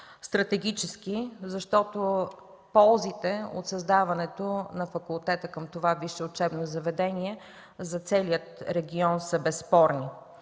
стратегически подход, защото ползите от създаването на факултета към това висше учебно заведение за целия регион са безспорни.